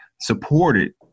supported